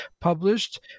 published